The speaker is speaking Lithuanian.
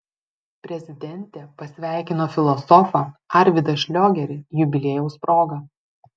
prezidentė pasveikino filosofą arvydą šliogerį jubiliejaus proga